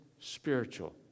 spiritual